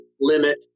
limit